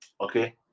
Okay